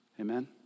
Amen